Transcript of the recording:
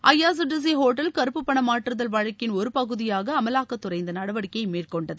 IRCTC hotel கருப்பு பண மாற்றுதல் வழக்கின் ஒரு பகுதியாக அமலாக்கத்துறை இந்த நடவடிக்கையை மேற்கொண்டது